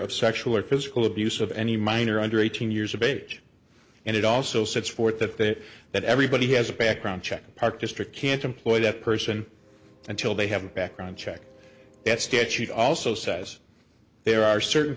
of sexual or physical abuse of any minor under eighteen years of age and it also sets forth that that everybody has a background check and park district can't employ that person until they have a background check that statute also says there are certain